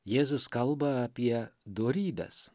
jėzus kalba apie dorybes